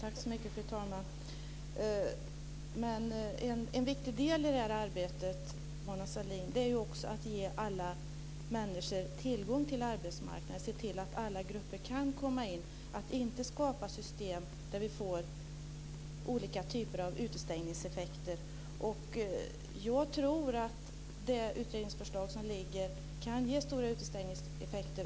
Fru talman! En viktig del i detta arbete, Mona Sahlin, är ju att man ger alla människor tillgång till arbetsmarknaden, att man ser till att alla grupper kan komma in och att man inte skapar system där vi får olika typer av utestängningseffekter. Och jag tror att det utredningsförslag som föreligger kan ge stora utestängningseffekter.